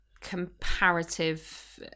comparative